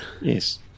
Yes